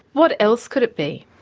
what else could it be?